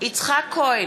יצחק כהן,